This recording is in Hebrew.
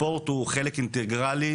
הספורט הוא חלק אינטגרלי,